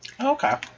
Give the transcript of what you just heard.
Okay